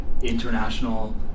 international